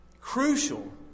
crucial